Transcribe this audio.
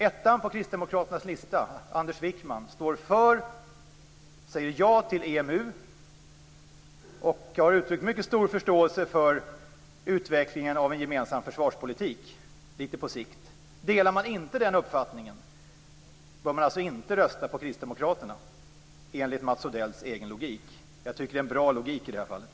Ettan på Kristdemokraternas lista Anders Wijkman säger ja till EMU och har uttryckt mycket stor förståelse för utvecklingen av en gemensam försvarspolitik på sikt. Om man inte delar den uppfattningen bör man alltså inte rösta på Kristdemokraterna, enligt Mats Odells egen logik. Jag tycker att det är en bra logik.